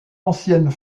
ancienne